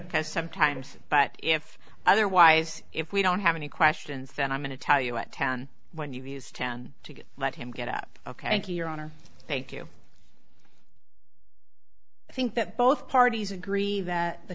because sometimes but if otherwise if we don't have any questions then i'm going to tell you at ten when you've used ten to let him get up ok thank you your honor thank you i think that both parties agree that the